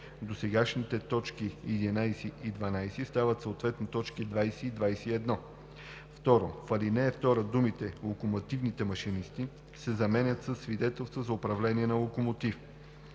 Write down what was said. досегашните т. 11 и 12 стават съответно т. 20 и 21. 2. В ал. 2 думите „локомотивните машинисти“ се заменят със „свидетелствата за управление на локомотив“.